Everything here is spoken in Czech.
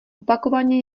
opakovaně